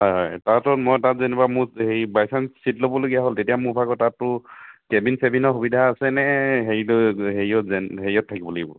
হয় হয় তাৰপাছত মই তাত যেনিবা মোক হেৰি বাই চাঞ্চ চিট ল'বলগীয়া হ'ল তেতিয়া মোৰ ভাগৰ তাতটো কেবিন চেবিনৰ সুবিধা আছে নে হেৰি হেৰিয়ত জেন হেৰিয়ত থাকিব লাগিব